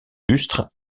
lustre